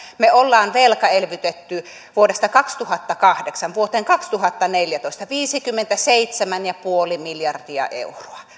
me olemme velkaelvyttäneet vuodesta kaksituhattakahdeksan vuoteen kaksituhattaneljätoista viisikymmentäseitsemän pilkku viisi miljardia euroa